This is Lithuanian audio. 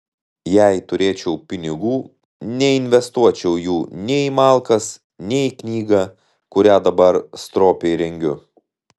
jei turėčiau pinigų neinvestuočiau jų nei į malkas nei į knygą kurią dabar stropiai rengiu